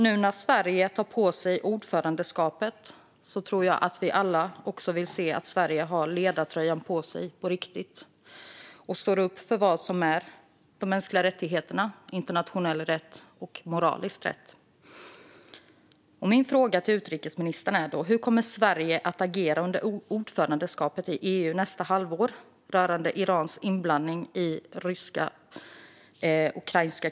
Nu när Sverige tar på sig ordförandeskapet tror jag att vi alla vill se att Sverige har ledartröjan på sig på riktigt och står upp för de mänskliga rättigheterna, internationell rätt och moralisk rätt. Min fråga till utrikesministern är: Hur kommer Sverige att agera under ordförandeskapet i EU nästa halvår rörande Irans inblandning i Rysslands krig i Ukraina?